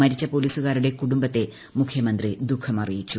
മരിച്ച പോലീസുകാരുടെ കുടുംബത്തെ മുഖ്യമന്ത്രി ദുഖം അറിയിച്ചു